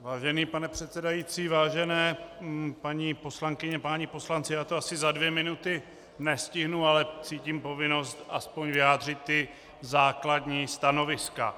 Vážený pane předsedající, vážené paní poslankyně, páni poslanci, já to asi za dvě minuty nestihnu, ale cítím povinnost aspoň vyjádřit ta základní stanoviska.